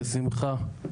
בשמחה,